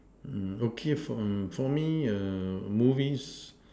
okay from for me movies